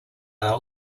are